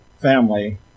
family